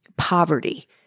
Poverty